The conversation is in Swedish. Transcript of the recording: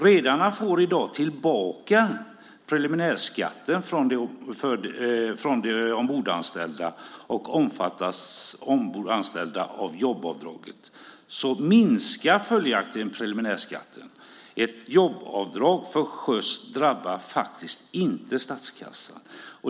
Redarna får i dag tillbaka preliminärskatten från de ombordanställda, och om de ombordanställda omfattas av jobbavdraget minskar följaktligen preliminärskatten. Ett jobbavdrag till sjöss drabbar inte statskassan.